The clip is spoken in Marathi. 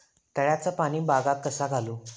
तळ्याचा पाणी बागाक कसा घालू?